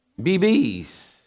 BBs